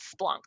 Splunk